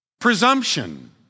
Presumption